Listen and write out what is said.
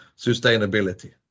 sustainability